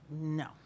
No